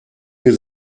mir